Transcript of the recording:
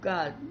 God